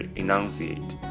enunciate